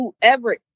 whoever